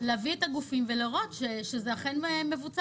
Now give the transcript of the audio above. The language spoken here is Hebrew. להביא את הגופים ולראות שזה אכן מבוצע.